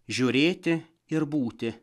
žiūrėti ir būti